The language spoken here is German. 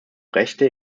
rechte